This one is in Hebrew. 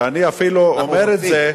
ואני אפילו אומר את זה,